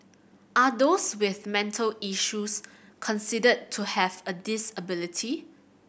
are those with mental issues considered to have a disability